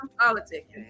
Politics